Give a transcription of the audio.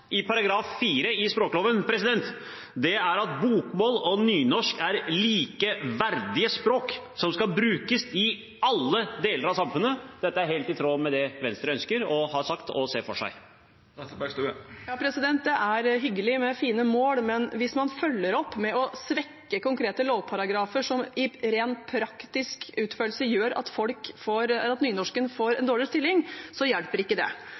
i § 4 i språkloven at bokmål og nynorsk er likeverdige språk, som skal brukes i alle deler av samfunnet. Dette er helt i tråd med det Venstre ønsker, har sagt og ser for seg. Det er hyggelig med fine mål, men hvis man følger opp med å svekke konkrete lovparagrafer som i ren praktisk utførelse gjør at nynorsken får en dårligere stilling, hjelper ikke det.